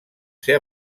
ser